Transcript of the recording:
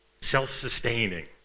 Self-sustaining